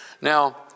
Now